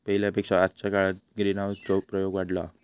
पहिल्या पेक्षा आजच्या काळात ग्रीनहाऊस चो प्रयोग वाढलो हा